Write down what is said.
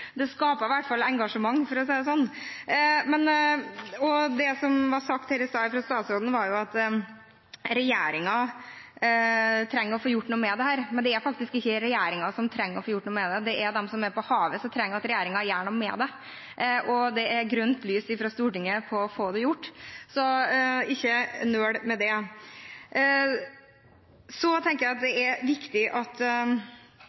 Det skaper i hvert fall engasjement, for å si det sånn. Det som ble sagt her i stad av statsråden, var at regjeringen trenger å få gjort noe med dette. Men det er faktisk ikke regjeringen som trenger å få gjort noe med det, det er de som er på havet, som trenger at regjeringen gjør noe med det. Det er grønt lys fra Stortinget for å få det gjort, så man må ikke nøle med det. Så tenker jeg det er viktig at